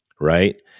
Right